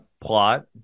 plot